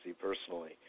personally